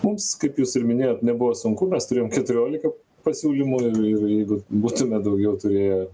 mums kaip jūs ir minėjot nebuvo sunku mes turėjom keturiolika pasiūlymų ir ir jeigu būtume daugiau turėję